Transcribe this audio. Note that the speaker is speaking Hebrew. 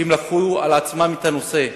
והן לקחו על עצמן את הנושא,